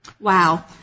Wow